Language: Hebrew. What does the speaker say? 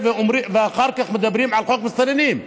ואחר כך מדברים על חוק מסתננים.